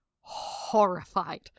horrified